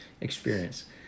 experience